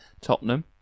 Tottenham